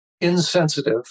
insensitive